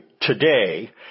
today